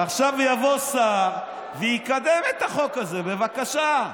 עכשיו יבוא סער ויקדם את החוק הזה, בבקשה.